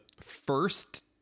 first